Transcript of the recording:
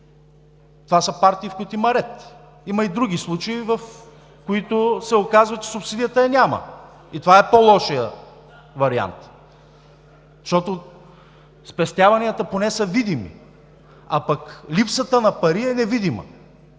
Това са партии, в които има ред. Има други случаи, в които се оказва, че субсидията я няма и това е по-лошият вариант. Защото спестяванията поне са видими, а липсата на пари е невидима.